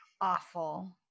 Awful